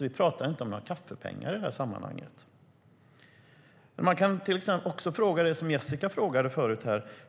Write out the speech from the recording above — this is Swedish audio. Vi talar inte om några kaffepengar. Låt mig fråga det Jessica frågade förut.